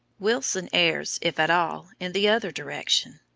wilson errs, if at all, in the other direction.